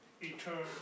eternal